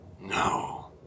No